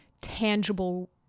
tangible